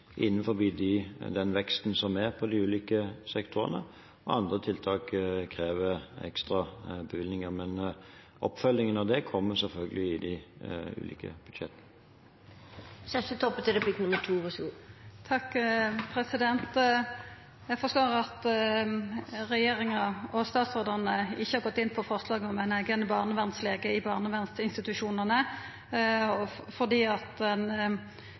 den veksten som er på de ulike sektorene, andre tiltak krever ekstra bevilgninger, men oppfølgingen av det kommer selvfølgelig i de ulike budsjettene. Eg forstår at regjeringa og statsrådane ikkje har gått inn på forslaget om ein eigen barnevernslege i barnevernsinstitusjonane fordi